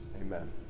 Amen